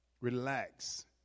relax